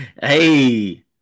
Hey